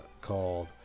called